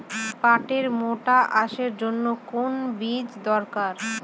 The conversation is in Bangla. পাটের মোটা আঁশের জন্য কোন বীজ দরকার?